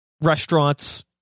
restaurants